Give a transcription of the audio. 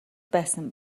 байсан